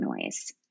noise